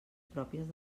pròpies